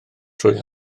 drwy